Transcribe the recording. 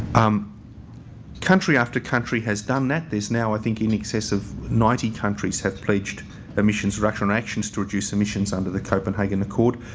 um country after country has done that. there's now i think in excess of ninety countries have pledged emissions or actions actions to reduce emissions under, the copenhagen accord.